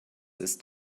ist